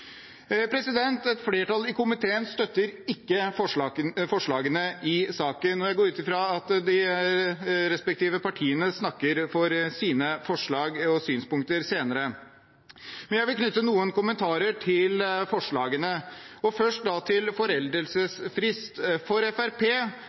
Et flertall i komiteen støtter ikke forslagene i saken, og jeg går ut fra at de respektive partiene snakker for sine forslag og synspunkter senere. Jeg vil knytte noen kommentarer til forslagene. Først til foreldelsesfrist: For Fremskrittspartiet er det veldig viktig å ha muligheten til